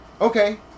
okay